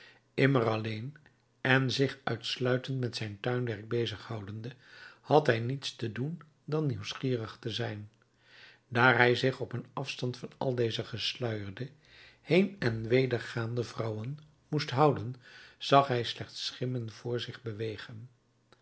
immer alleen en zich uitsluitend met zijn tuinwerk bezig houdende had hij niets te doen dan nieuwsgierig te zijn daar hij zich op een afstand van al deze gesluierde heen en wedergaande vrouwen moest houden zag hij slechts schimmen voor zich bewegen